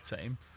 team